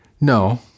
No